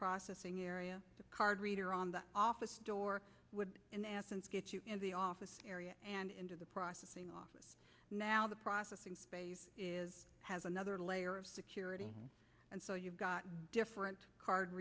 processing area the card reader on the office door would in essence get you in the office area and into the processing office now the processing space has another layer of security and so you've got different card